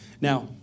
Now